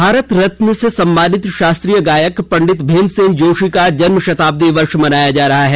भारत रत्न से सम्मानित शास्त्रीय गायक पंडित भीमसेन जोशी का जन्म शताब्दी वर्ष मनाया जा रहा है